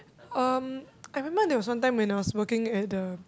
um I remember there was one time when I was working at the